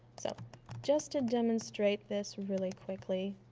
so just to demonstrate this really quickly,